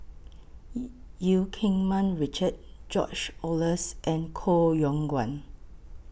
E EU Keng Mun Richard George Oehlers and Koh Yong Guan